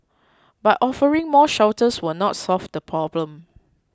but offering more shelters will not solve the problem